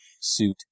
suit